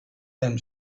them